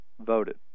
voted